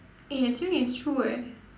eh actually it's true eh